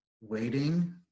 waiting